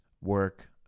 work